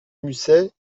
musset